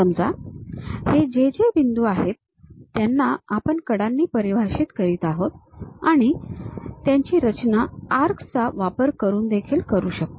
समजा हे जे जे बिंदू आहेत त्यांना आपण कडांनी परिभाषित करत आहोत आणि आपण त्यांची रचना आर्क्स चा वापर करून देखील करू शकतो